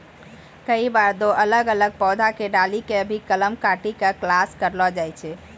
कई बार दो अलग अलग पौधा के डाली कॅ भी कलम काटी क क्रास करैलो जाय छै